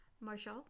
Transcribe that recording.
Marshall